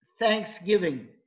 Thanksgiving